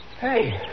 Hey